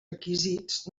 requisits